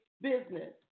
business